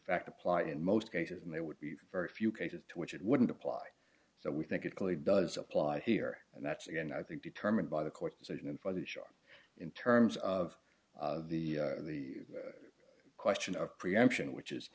fact apply in most cases and they would be very few cases to which it wouldn't apply so we think it really does apply here and that's again i think determined by the court decision and for the shark in terms of the the question of preemption which is